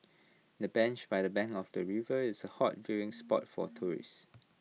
the bench by the bank of the river is hot viewing spot for tourists